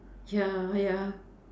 ya ya